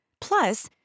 Plus